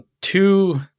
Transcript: two